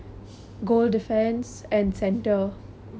!wah! you எல்லாத்தையும்:ellaatthaiyum memorise பண்ணியா:panniyaa